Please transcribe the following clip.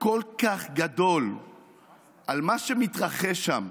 כל כך גדול על מה שמתרחש שם,